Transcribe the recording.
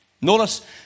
Notice